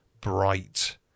bright